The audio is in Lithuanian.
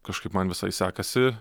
kažkaip man visai sekasi